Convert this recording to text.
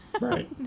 right